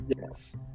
Yes